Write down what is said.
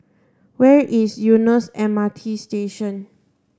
where is Eunos M R T Station